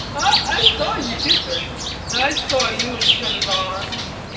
i saw you kiss her i saw you in each other's arms!